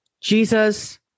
Jesus